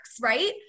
right